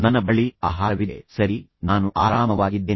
ನನ್ನ ಬಳಿ ಆಹಾರವಿದೆ ಸರಿ ಆದ್ದರಿಂದ ನಾನು ಆರಾಮವಾಗಿದ್ದೇನೆ